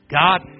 God